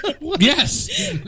yes